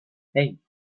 hey